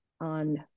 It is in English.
on